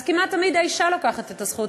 ואז כמעט תמיד האישה לוקחת את הזכות.